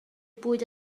bwyd